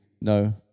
no